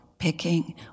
Picking